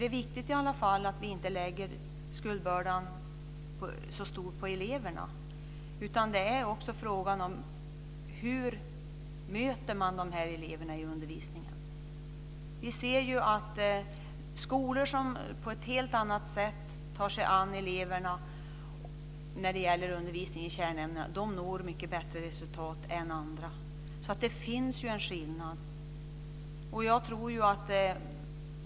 Det är viktigt att vi i varje fall inte lägger en stor skuldbörda på eleverna. Det är fråga om hur man möter dessa elever i undervisningen. Vi ser att skolor som på ett helt annat sätt tar sig an eleverna i undervisningen i kärnämnena når mycket bättre resultat än andra. Det finns en skillnad.